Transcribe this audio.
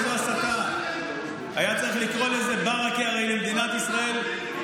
ההסתה שלכם לגבי הנושא הערבי.